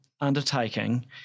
undertaking